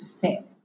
fit